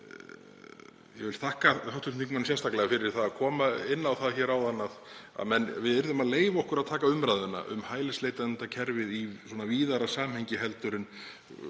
Ég vil þakka hv. þingmanni sérstaklega fyrir að koma inn á það áðan að við yrðum að leyfa okkur að taka umræðuna um hælisleitendakerfið í víðara samhengi heldur en